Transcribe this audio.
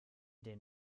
den